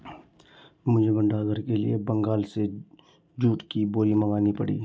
मुझे भंडार घर के लिए बंगाल से जूट की बोरी मंगानी पड़ी